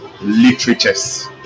literatures